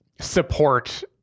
support